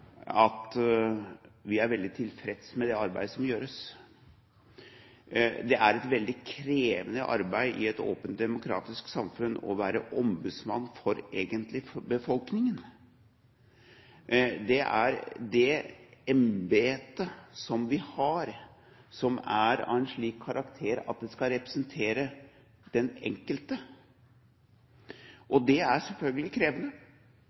at vi er veldig tilfreds med det arbeidet som gjøres. Det er et veldig krevende arbeid i et åpent, demokratisk samfunn å være ombudsmann, egentlig for befolkningen. Det er det embete vi har som er av en slik karakter at det skal representere den enkelte. Det er selvfølgelig krevende